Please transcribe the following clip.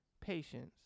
patience